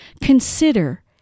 Consider